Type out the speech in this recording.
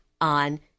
on